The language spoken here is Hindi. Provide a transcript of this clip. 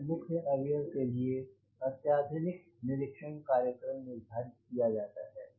हर मुख्य अवयव के लिए एक अत्याधुनिक निरिक्षण कार्यक्रम निर्धारित किया जाता है